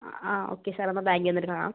ആ ആ okay sir അപ്പോൾ ബാങ്കിൽ വന്നിട്ട് കാണാം